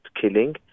killing